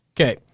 Okay